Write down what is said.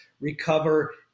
recover